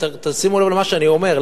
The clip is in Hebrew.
תשימו לב למה שאני אומר,